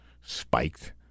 spiked